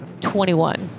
21